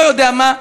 אני לא יודע מה,